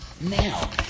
Now